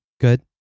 good